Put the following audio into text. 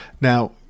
Now